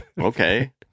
Okay